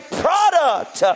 product